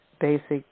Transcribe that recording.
basic